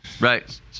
Right